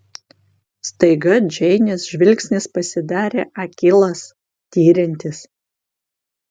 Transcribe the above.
staiga džeinės žvilgsnis pasidarė akylas tiriantis